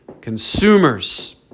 consumers